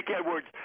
Edwards